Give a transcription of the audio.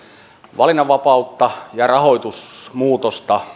valinnanvapautta ja rahoitusmuutosta